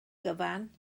gyfan